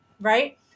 Right